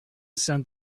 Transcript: sent